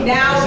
Now